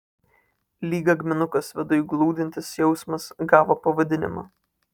lyg akmenukas viduj glūdintis jausmas gavo pavadinimą